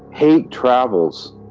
hate travels,